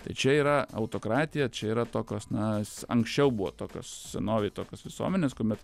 tai čia yra autokratija čia yra tokios na s anksčiau buvo tokios senovėj tokios visuomenės kuomet